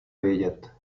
vědět